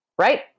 Right